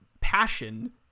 passion